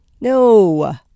No